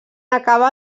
acabar